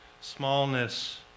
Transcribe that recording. smallness